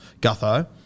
Gutho